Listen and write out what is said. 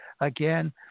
Again